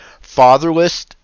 Fatherless